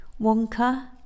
Wonka